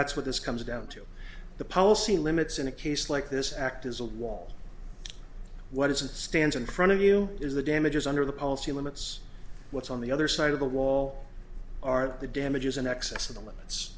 that's what this comes down to the policy limits in a case like this act as a wall what is it stands in front of you is the damages under the policy limits what's on the other side of the wall are the damages in excess of the limits